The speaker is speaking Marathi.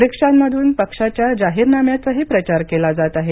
रिक्षांमधून पक्षाच्या जाहीरनाम्याचाही प्रचार केला जात आहे